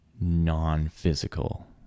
non-physical